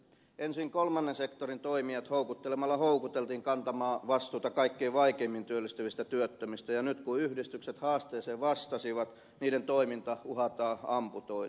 ensin kolmannen sektorin toimijat houkuttelemalla houkuteltiin kantamaan vastuuta kaikkein vaikeimmin työllistyvistä työttömistä ja nyt kun yhdistykset haasteeseen vastasivat niiden toiminta uhataan amputoida